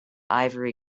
ivory